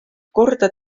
korda